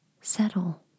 settle